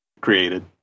created